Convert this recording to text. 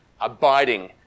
abiding